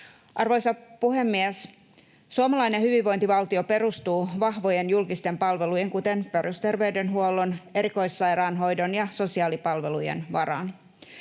Arvoisa puhemies! Suomalainen hyvinvointivaltio perustuu vahvojen julkisten palvelujen, kuten perusterveydenhuollon, erikoissairaanhoidon ja sosiaalipalvelujen, varaan.